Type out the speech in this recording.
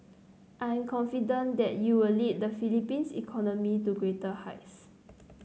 I am confident that you will lead the Philippines economy to greater heights